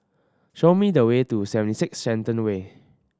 show me the way to Seventy Six Shenton Way